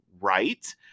right